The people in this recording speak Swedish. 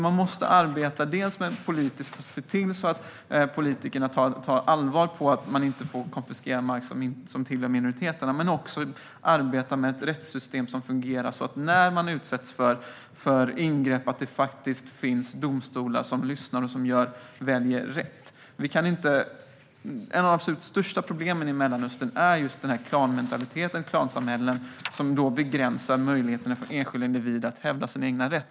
Man måste arbeta politiskt och se till att politikerna tar på allvar att man inte får konfiskera mark som tillhör minoriteterna. Men man måste också arbeta för ett rättssystem som fungerar så att det finns domstolar som lyssnar och väljer rätt när man utsätts för ingrepp. Ett av de absolut största problemen i Mellanöstern är just klanmentaliteten och de klansamhällen som begränsar möjligheterna för enskilda individer att hävda sin egen rätt.